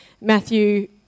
Matthew